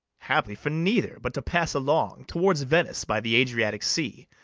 haply for neither, but to pass along, towards venice, by the adriatic sea,